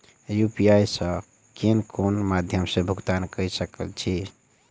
UPI सऽ केँ कुन मध्यमे मे भुगतान कऽ सकय छी?